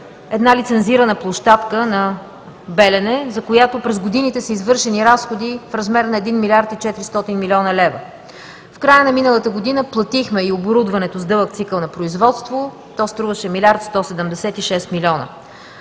една лицензирана площадка на Белене, за която през годините са извършени разходи в размер на 1 млрд. и 400 млн. лв. В края на миналата година платихме и оборудването с дълъг цикъл на производство, то струваше 1 млрд. 176 млн.